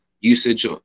usage